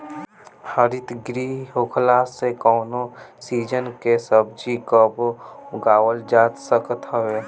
हरितगृह होखला से कवनो सीजन के सब्जी कबो उगावल जा सकत हवे